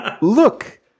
look